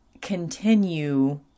continue